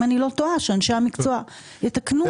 אם אני טועה, שאנשי המקצוע יתקנו אותי.